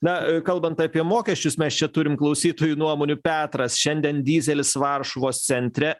na kalbant apie mokesčius mes čia turim klausytojų nuomonių petras šiandien dyzelis varšuvos centre